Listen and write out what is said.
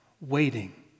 waiting